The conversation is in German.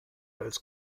als